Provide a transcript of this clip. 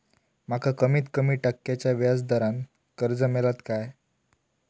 माका कमीत कमी टक्क्याच्या व्याज दरान कर्ज मेलात काय?